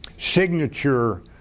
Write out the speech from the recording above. signature